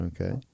okay